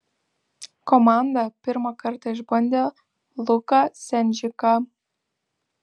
komanda pirmą kartą išbandė luką sendžiką